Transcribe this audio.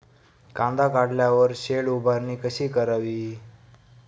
कांदा काढल्यावर शेड उभारणी कशी करावी?